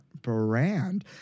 brand